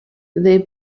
they